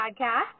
podcast